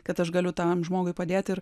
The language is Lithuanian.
kad aš galiu tam žmogui padėti ir